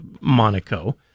Monaco